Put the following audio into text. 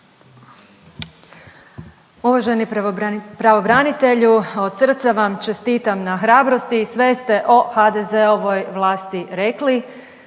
Uvaženi pravobranitelju od srca vam čestitam na hrabrosti, sve ste o HDZ-ovoj vlasti rekli.